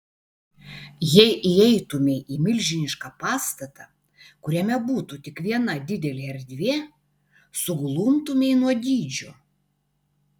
jei įeitumei į milžinišką pastatą kuriame būtų tik viena didelė erdvė suglumtumei nuo dydžio